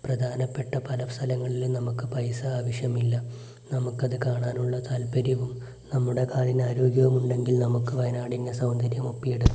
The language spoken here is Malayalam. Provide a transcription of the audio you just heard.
പ്രധാനപ്പെട്ട പല സ്ഥലങ്ങളിലും നമുക്ക് പൈസ ആവശ്യമില്ല നമുക്കത് കാണാനുള്ള താൽപര്യവും നമ്മുടെ കാലിന് ആരോഗ്യവുമുണ്ടെങ്കിൽ നമുക്ക് വയനാടിന്റെ സൗന്ദര്യം ഒപ്പിയെടുക്കാം